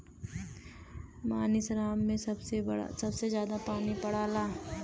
मासिनराम में सबसे जादा पानी पड़ला